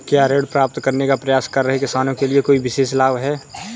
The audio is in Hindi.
क्या ऋण प्राप्त करने का प्रयास कर रहे किसानों के लिए कोई विशेष लाभ हैं?